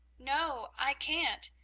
no, i can't.